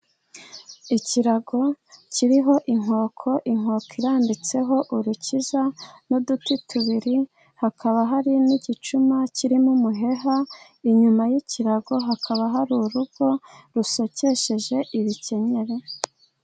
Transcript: Ikirago kiriho inkoko. Inkoko irambitseho urukiza n’uduti tubiri. Hakaba hari n’igicuma kirimo umuheha. Inyuma y’ikirago hakaba hari urugo rusokesheje ibikenyeri.